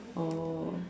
oh